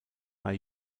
bei